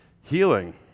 healing